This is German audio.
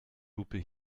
lupe